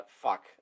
fuck